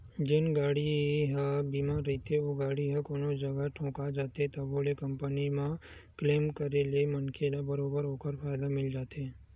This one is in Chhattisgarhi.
जेन गाड़ी ह बीमा रहिथे ओ गाड़ी ह कोनो जगा ठोका जाथे तभो ले कंपनी म क्लेम करे ले मनखे ल बरोबर ओखर फायदा मिल जाथे